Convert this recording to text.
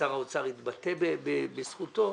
שר האוצר התבטא בזכותו.